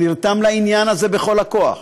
שנרתם לעניין הזה בכל הכוח,